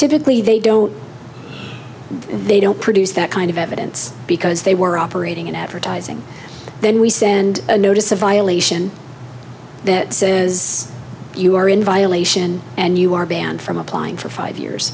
typically they don't they don't produce that kind of evidence because they were operating in advertising then we send a notice a violation that says you are in violation and you are banned from applying for five years